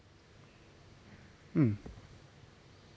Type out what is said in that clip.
mm